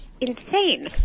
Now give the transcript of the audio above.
insane